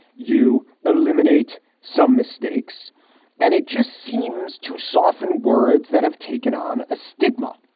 you eliminate some mistakes and it just seems to soften words that have taken on a stigma.